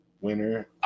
Winner